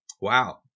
Wow